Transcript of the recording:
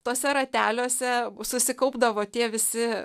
tuose rateliuose susikaupdavo tie visi